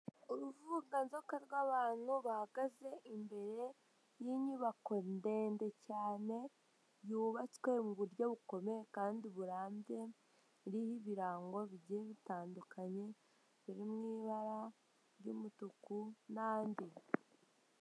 Uruvunganzoka rw'abantu bahagaze imbere y'inyubako ndende cyane, yubatswe mu buryo bukomeye kandi burambye, iriho ibirango bigiye bitandukanye biri mu ibara ry'umutuku n'andi.